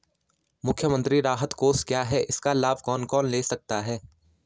मुख्यमंत्री राहत कोष क्या है इसका लाभ कौन कौन ले सकता है?